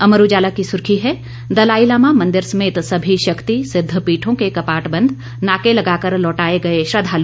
अमर उजाला की सुर्खी है दलाईलामा मंदिर समेत सभी शक्ति सिद्धपीठों के कपाट बंद नाके लगाकर लौटाए गए श्रद्वाल